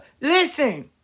Listen